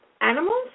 Animals